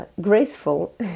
graceful